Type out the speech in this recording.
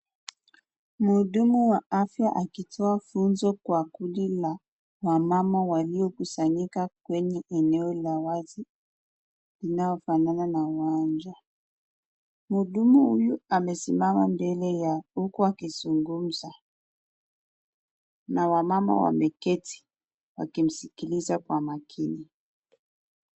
Mhudumu wa afya akitoa funzo kwa kundi la wamama waliokusanyika kwenye eneo la wazi inayofanana na uwanja, mhudumu huyu amesimama mbele yao huku akizungumza na wamama wameketi wakimsikiliza kwa makini.